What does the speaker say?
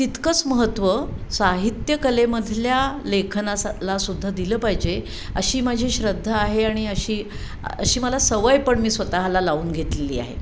तितकंच महत्त्व साहित्यकलेमधल्या लेखनासाला सुद्धा दिलं पाहिजे अशी माझी श्रद्धा आहे आणि अशी अशी मला सवय पण मी स्वतःला लावून घेतलेली आहे